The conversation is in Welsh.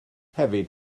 hefyd